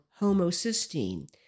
homocysteine